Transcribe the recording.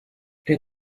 der